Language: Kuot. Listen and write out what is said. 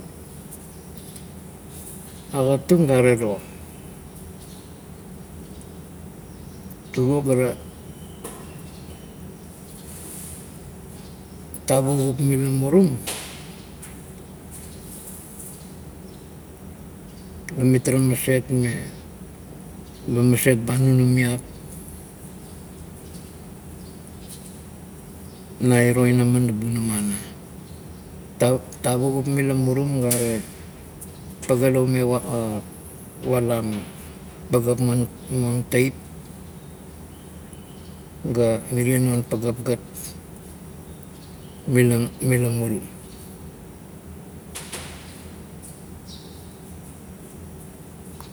Agat tung garero, turo ga luvugup mila murum la mitara maset ma ba maset ba nunumiap na iro inamon la bunama ana. Tavugup mila murum gare paga la ume valain pagap maun teip ga mirie non pagap gat mila mila murum